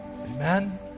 Amen